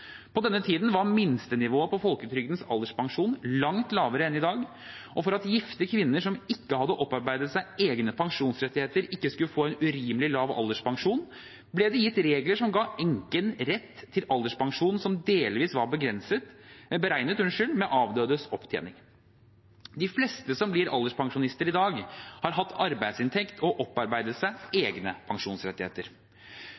På denne tiden var minstenivået på folketrygdens alderspensjon langt lavere enn i dag, og for at gifte kvinner som ikke hadde opparbeidet seg egne pensjonsrettigheter, ikke skulle få en urimelig lav alderspensjon, ble det gitt regler som ga enken rett til alderspensjon som delvis var beregnet med avdødes opptjening. De fleste som blir alderspensjonister i dag, har hatt arbeidsinntekt og